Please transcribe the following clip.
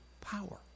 power